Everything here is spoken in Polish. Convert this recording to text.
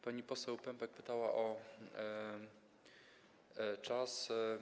Pani poseł Pępek pytała o czas.